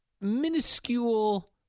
minuscule –